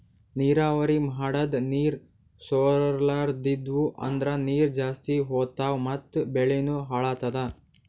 ನೀರಾವರಿ ಮಾಡದ್ ನೀರ್ ಸೊರ್ಲತಿದ್ವು ಅಂದ್ರ ನೀರ್ ಜಾಸ್ತಿ ಹೋತಾವ್ ಮತ್ ಬೆಳಿನೂ ಹಾಳಾತದ